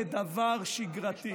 כדבר שגרתי,